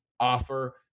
offer